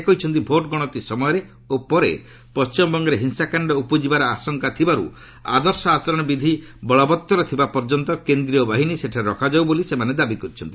ସେ କହିଛନ୍ତି ଭୋଟ୍ଗଣତି ସମୟରେ ଓ ପରେ ପଣ୍ଟିମବଙ୍ଗରେ ହିଂସାକାଣ୍ଡ ଉପୁଜିବାର ଆଶଙ୍କା ଥିବାରୁ ଆଦର୍ଶ ଆଚରଣ ବିଧି ବଳବତ୍ତର ଥିବା ପର୍ଯ୍ୟନ୍ତ କେନ୍ଦ୍ରୀୟ ବାହିନୀ ସେଠାରେ ରଖାଯାଉ ବୋଲି ସେମାନେ ଦାବି କରିଛନ୍ତି